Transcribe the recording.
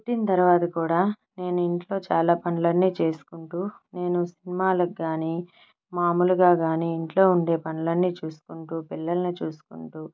పుట్టిన తర్వాత కూడా నేను ఇంట్లో చాలా పనులన్నీ చేసుకుంటూ నేను సినిమాలకు కాని మాములుగా కాని ఇంట్లో ఉండే పనులన్నీ చూసుకుంటూ పిల్లలని చూసుకుంటూ